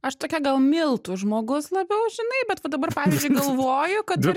aš tokia gal miltų žmogus labiau žinai bet va dabar pavyzdžiui galvoju kad ir